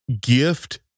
gift